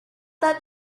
that